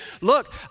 look